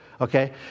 Okay